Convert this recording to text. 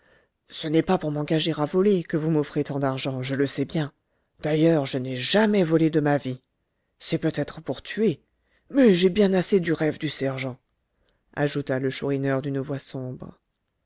ce n'est pas pour m'engager à voler que vous m'offrez tant d'argent je le sais bien d'ailleurs je n'ai jamais volé de ma vie c'est peut-être pour tuer mais j'ai bien assez du rêve du sergent ajouta le chourineur d'une voix sombre